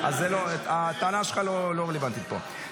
אז הטענה שלך לא רלוונטית פה.